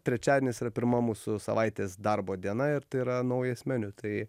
trečiadienis yra pirma mūsų savaitės darbo diena ir tai yra naujas meniu tai